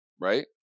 right